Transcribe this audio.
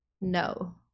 no